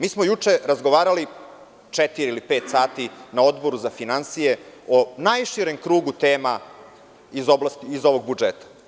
Mi smo juče razgovarali četiri ili pet sati na Odboru za finansije o najširem krugu tema iz ovog budžeta.